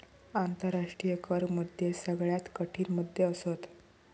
आंतराष्ट्रीय कर मुद्दे सगळ्यात कठीण मुद्दे असत